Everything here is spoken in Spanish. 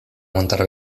aguantar